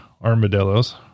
armadillos